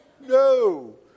No